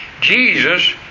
Jesus